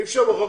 אי אפשר בחוק